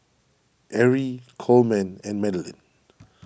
Erie Coleman and Madalynn